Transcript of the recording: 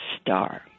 star